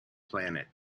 planet